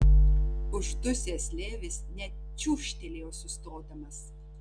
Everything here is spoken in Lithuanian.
uždusęs levis net čiūžtelėjo sustodamas